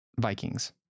Vikings